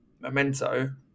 Memento